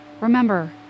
Remember